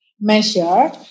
measure